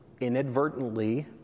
inadvertently